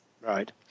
Right